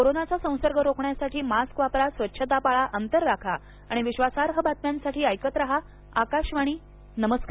कोरोनाचा संसर्ग रोखण्यासाठी मास्क वापरा स्वच्छता पाळा अंतर राखा आणि विश्वासार्ह बातम्यांसाठी ऐकत रहा आकाशवाणी नमस्कार